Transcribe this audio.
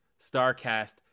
StarCast